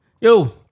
Yo